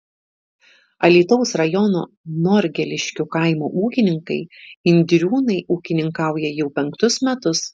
alytaus rajono norgeliškių kaimo ūkininkai indriūnai ūkininkauja jau penktus metus